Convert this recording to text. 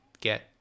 get